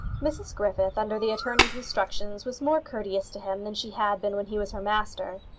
mrs griffith, under the attorney's instructions, was more courteous to him than she had been when he was her master.